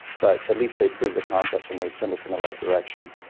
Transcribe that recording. but at least they proved the concepts and they sent us in the right direction,